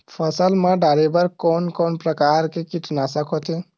फसल मा डारेबर कोन कौन प्रकार के कीटनाशक होथे?